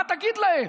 מה תגיד להם?